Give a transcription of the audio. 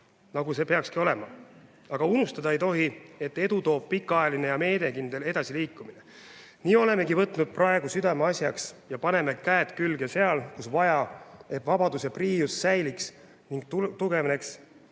nagu see olema peakski. Aga unustada ei tohi, et edu toob pikaajaline ja meelekindel edasiliikumine. Nii olemegi võtnud praegu südameasjaks ja paneme käed külge seal, kus vaja, et vabadus ja priius säiliks ning tugevneks,